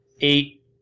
eight